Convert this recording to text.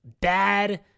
bad